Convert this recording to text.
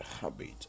habit